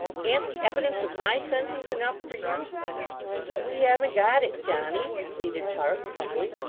an't the evidence of my senses enough for you but we haven't got it, johnny pleaded parkes, humbly.